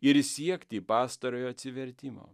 ir siekti pastarojo atsivertimo